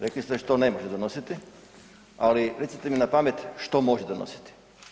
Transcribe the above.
Rekli ste što ne može donositi, ali recite mi napamet što može donositi?